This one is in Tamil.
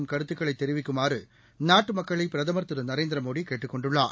குரல் கருத்துக்களைதெரிவிக்குமாறுநாட்டுமக்களைபிரதமர் திருநரேந்திரமோடிகேட்டுக் கொண்டுள்ளார்